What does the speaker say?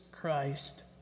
Christ